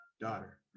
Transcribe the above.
daughter